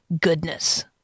goodness